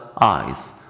eyes